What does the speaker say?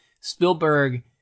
Spielberg